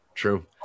True